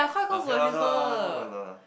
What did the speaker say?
okay lor okay lor okay lah okay lah okay lah